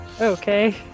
Okay